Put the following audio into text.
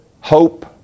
hope